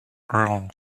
earl